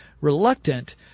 reluctant